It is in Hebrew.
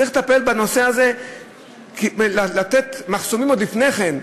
צריך לטפל בנושא הזה ולשים מחסומים עוד לפני כן.